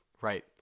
Right